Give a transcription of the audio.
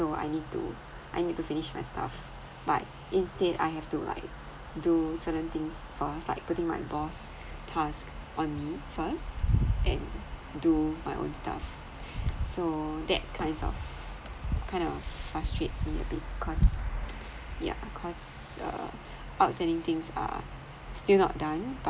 so I need to I need to finish my stuff but instead I have to like do certain things first like putting my boss task on me first and do my own stuff so that kinds of kind of frustrates me a bit cause yeah cause uh outstanding things are still not done but